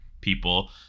people